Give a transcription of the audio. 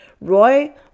roy